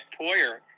Poyer